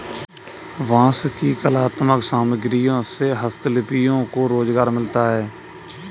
बाँस की कलात्मक सामग्रियों से हस्तशिल्पियों को रोजगार मिलता है